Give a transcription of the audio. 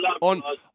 On